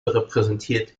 repräsentiert